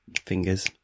Fingers